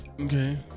Okay